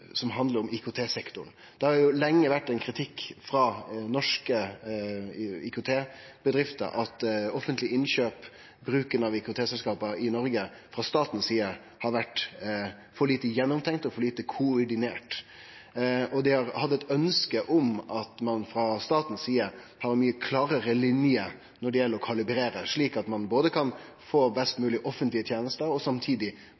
som handlar om IKT-sektoren. Det har lenge kome kritikk frå norske IKT-bedrifter om at når det gjeld offentlege innkjøp, har bruken av IKT-selskap i Noreg frå staten si side vore for lite gjennomtenkt og for lite koordinert. Og dei har hatt eit ønske om at ein frå staten si side har ei mykje klårare linje når det gjeld å kalibrere, slik at ein både kan få best mogleg offentlege tenester og samtidig